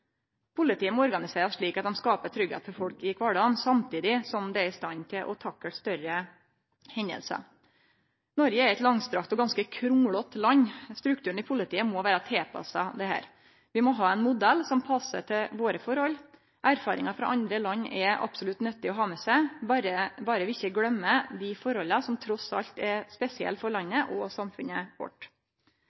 Politiet må organiserast slik at dei skaper tryggleik for folk i kvardagen, samtidig som dei er i stand til å takle større hendingar. Noreg er eit langstrakt og ganske krunglete land. Strukturen i politiet må vere tilpassa dette. Vi må ha ein modell som passar til våre forhold. Erfaringar frå andre land er absolutt nyttige å ha med seg, berre ein ikkje gløymer dei forholda som trass alt er spesielle for landet og samfunnet vårt.